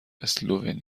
صحبت